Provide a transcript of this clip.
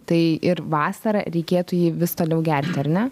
tai ir vasarą reikėtų jį vis toliau gerti ar ne